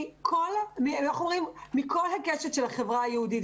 מכל הקשת של החברה היהודית,